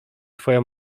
twoja